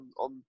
on